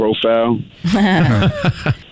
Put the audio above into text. profile